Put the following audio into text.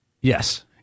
Yes